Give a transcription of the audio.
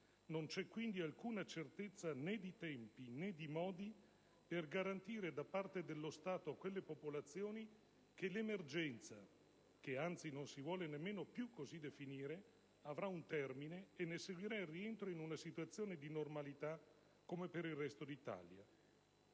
Non c'è, quindi, alcuna certezza né di tempi né di modi per garantire - da parte dello Stato - a quelle popolazioni che l'emergenza (che - anzi - non si vuole nemmeno più così definire) avrà un termine e ne seguirà il rientro in una situazione di normalità, come per il resto d'Italia.